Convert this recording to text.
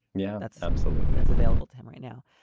yeah, that's absolutely. that's available to him right now.